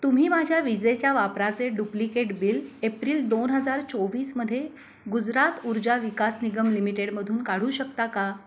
तुम्ही माझ्या विजेच्या वापराचे डुप्लिकेट बिल एप्रिल दोन हजार चोवीसमध्ये गुजरात ऊर्जा विकास निगम लिमिटेडमधून काढू शकता का